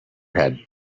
head